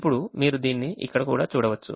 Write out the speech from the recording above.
ఇప్పుడు మీరు దీన్ని ఇక్కడ కూడా చూడవచ్చు